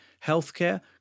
healthcare